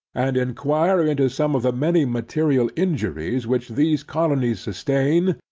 and inquire into some of the many material injuries which these colonies sustain,